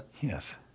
Yes